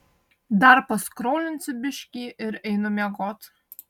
dar paskrolinsiu biškį ir einu miegot